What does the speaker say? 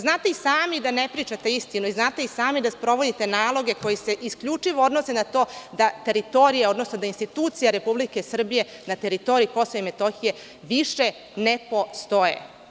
Znate i sami da ne pričate istinu i znate i sami da sprovodite naloge koji se isključivo odnose na to da institucije Republike Srbije na teritoriji Kosova i Metohije više ne postoje.